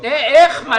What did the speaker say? איך?